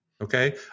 Okay